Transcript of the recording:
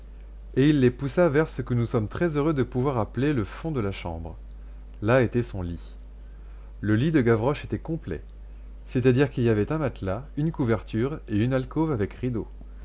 et il les poussa vers ce que nous sommes très heureux de pouvoir appeler le fond de la chambre là était son lit le lit de gavroche était complet c'est-à-dire qu'il y avait un matelas une couverture et une alcôve avec rideaux